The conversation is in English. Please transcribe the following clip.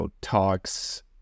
talks